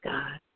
God